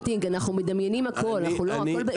זה